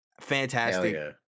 Fantastic